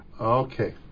Okay